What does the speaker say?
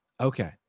Okay